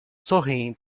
sorriem